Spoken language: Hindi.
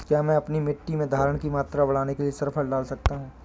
क्या मैं अपनी मिट्टी में धारण की मात्रा बढ़ाने के लिए सल्फर डाल सकता हूँ?